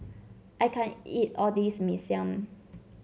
I can't eat all this Mee Siam